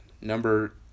Number